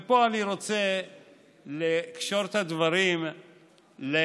ופה אני רוצה לקשור את הדברים לפרשת